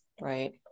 right